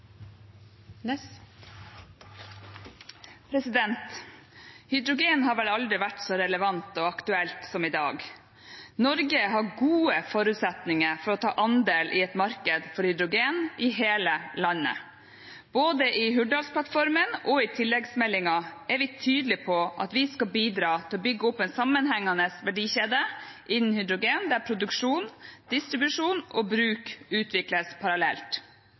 aktuelt som i dag. Norge har gode forutsetninger for å ta andel i et marked for hydrogen i hele landet. Både i Hurdalsplattformen og i tilleggsmeldingen er vi tydelig på at vi skal bidra til å bygge opp en sammenhengende verdikjede innen hydrogen, der produksjon, distribusjon og bruk utvikles parallelt.